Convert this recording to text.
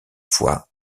fois